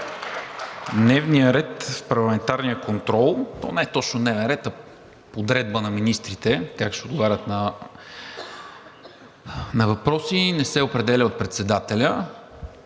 Дневният ред в парламентарния контрол не е точно дневен ред, а е подредба на министрите как ще отговарят на въпросите, не се определя от председателя,